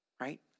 right